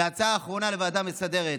והצעה אחרונה לוועדה המסדרת: